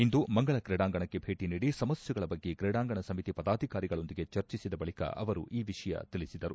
ಇಂದು ಮಂಗಳ ಕ್ರೀಡಾಂಗಣಕ್ಕೆ ಭೇಟಿ ನೀಡಿ ಸಮಸ್ಥೆಗಳ ಬಗ್ಗೆ ತ್ರೀಡಾಂಗಣ ಸಮಿತಿ ಪದಾಧಿಕಾರಿಗಳೊಂದಿಗೆ ಚರ್ಚಿಸಿದ ಬಳಕ ಅವರು ಈ ವಿಷಯ ತಿಳಿಸಿದರು